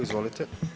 Izvolite.